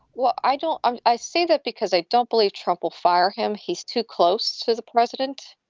well, i don't. i say that because i don't believe trouble fired him. he's too close to the president.